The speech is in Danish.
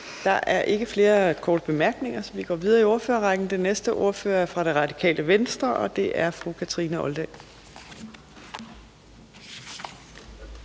Der er ikke flere korte bemærkninger, så vi går videre i ordførerrækken. Den næste ordfører er fra Det Radikale Venstre, og det er fru Kathrine Olldag.